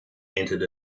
entered